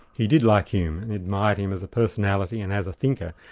he did like hume. and he admired him as a personality and as a thinker,